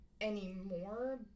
anymore